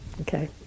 Okay